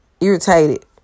irritated